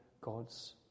God's